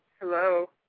Hello